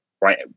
Right